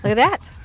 like that.